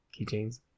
keychains